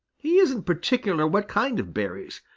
he isn't particular what kind of berries.